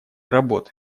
работы